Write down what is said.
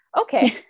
Okay